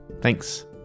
Thanks